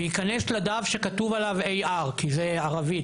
וייכנס לדף שכתוב עליו AR כי זה ערבית,